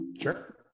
Sure